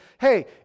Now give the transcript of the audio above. hey